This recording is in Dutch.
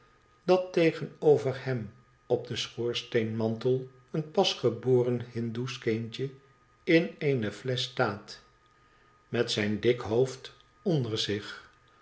dat tegenover hem op den schoorsteenmantel een pasgeboren hindoesch kindje in eene flesch staat met zijn dik hoofd onder zich